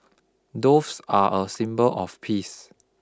doves are a symbol of peace